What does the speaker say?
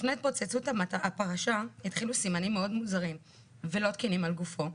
לפני התפוצצות הפרשה התחילו סימנים מאוד מוזרים ולא תקינים על גופו,